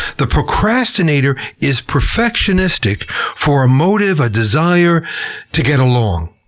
the procrastinator is perfectionistic for a motive, a desire to get along.